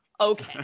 Okay